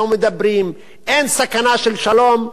או מדברים: אין סכנה של שלום,